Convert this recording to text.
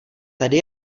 tady